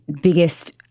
biggest